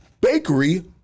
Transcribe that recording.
bakery